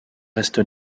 reste